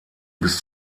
bis